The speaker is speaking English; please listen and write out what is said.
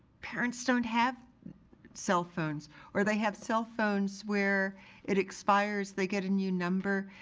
parents don't have cell phones or they have cell phones where it expires, they get a new number.